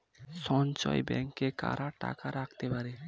সঞ্চয় ব্যাংকে কারা টাকা রাখতে পারে?